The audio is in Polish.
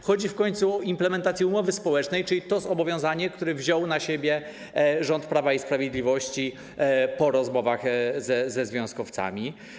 Chodzi w końcu o implementację umowy społecznej, czyli zobowiązania, które wziął na siebie rząd Prawa i Sprawiedliwości po rozmowach ze związkowcami.